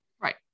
right